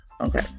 Okay